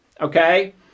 Okay